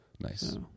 nice